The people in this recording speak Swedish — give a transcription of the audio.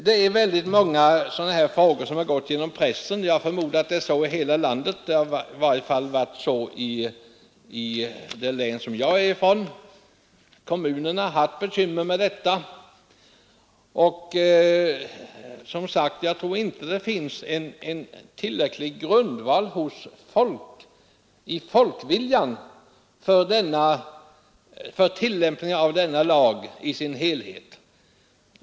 Det är många sådana här frågor som har gått genom pressen. Jag förmodar att det är så i hela landet — det har i varje fall varit så i det län som jag är ifrån. Kommunen har haft bekymmer med detta. Jag tycker som sagt inte att det finns tillräcklig grundval i folkviljan för tillämpning av denna lag i dess helhet.